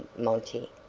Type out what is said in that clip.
monty?